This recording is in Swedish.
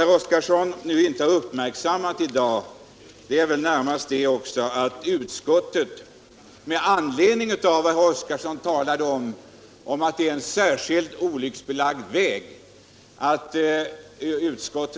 Herr Oskarson nämnde att detta är en olycksdrabbad väg. Vad herr Oskarson i dag inte har uppmärksammat är väl närmast att utskottet